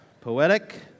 poetic